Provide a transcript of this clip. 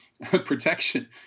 protection